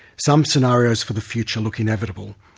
some scenarios for the future look inevitable,